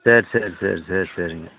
சரி சரி சரி சரி சரிங்க